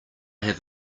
have